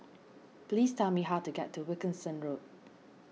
please tell me how to get to Wilkinson Road